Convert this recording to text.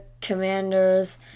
Commanders